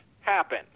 happen